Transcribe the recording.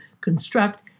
construct